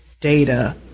data